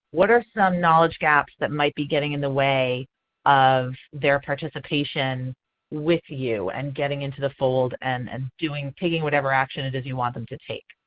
what are some knowledge gaps that might be getting in the way of their participation with you, and getting into the fold and and taking whatever action it is you want them to take.